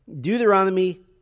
Deuteronomy